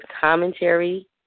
commentary